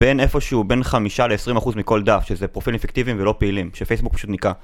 בין איפשהו בין חמישה ל-20% מכל דף, שזה פרופילים פקטיביים ולא פעילים, שפייסבוק פשוט ניקה